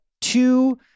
two